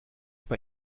bei